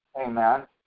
Amen